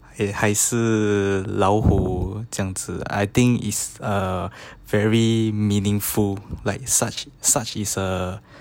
还还是老虎这样子 I think is a very meaningful like such such is a